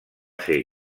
ser